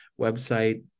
website